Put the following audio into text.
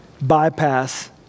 bypass